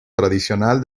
tradicional